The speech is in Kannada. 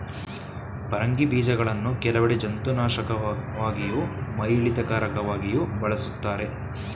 ಪರಂಗಿ ಬೀಜಗಳನ್ನು ಕೆಲವೆಡೆ ಜಂತುನಾಶಕವಾಗಿಯೂ ಮೈಯಿಳಿತಕಾರಕವಾಗಿಯೂ ಬಳಸ್ತಾರೆ